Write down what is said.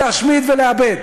להשמיד ולאבד.